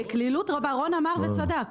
רון אמר וצדק,